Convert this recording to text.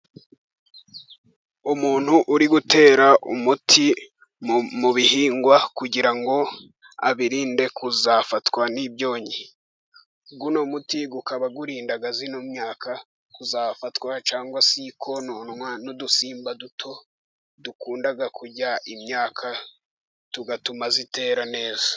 Umuntu uri gutera umuti mu bihingwa kugira ngo abirinde kuzafatwa n'ibyonyi. Uno muti ukaba urinda ino myaka kuzafatwa cyangwa se konwa n'udusimba duto dukunda kurya imyaka, tugatuma itera neza.